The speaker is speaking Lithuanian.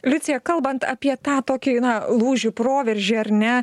liucija kalbant apie tą tokį na lūžį proveržį ar ne